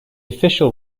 official